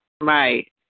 Right